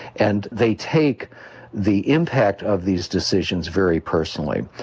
and they take the impact of these decisions very personally.